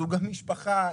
סוג המשפחה,